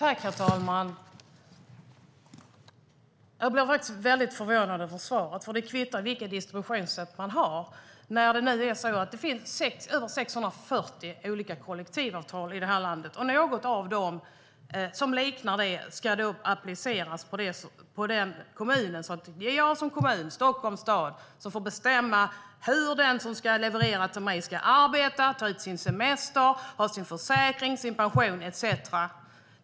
Herr talman! Jag blir väldigt förvånad över svaret. Det kvittar vilket distributionssätt man har när det finns över 640 olika kollektivavtal i det här landet och något som liknar dem ska appliceras på en kommun, som säger: Det är jag som kommun, Stockholms stad, som får bestämma hur den som ska leverera till mig ska arbeta, ta ut sin semester, ha sin försäkring och sin pension etcetera.